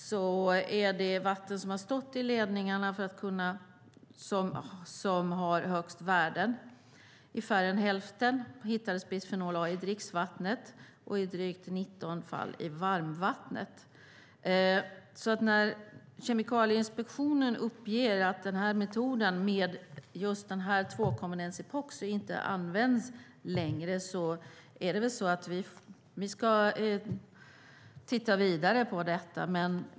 Det är vatten som har stått i ledningarna som har högst värden. I färre än hälften av fallen hittades bisfenol A i dricksvattnet och i 19 fall i varmvattnet. Kemikalieinspektionen uppger att tvåkomponentsepoximetoden inte används lägre, och vi ska titta vidare på det.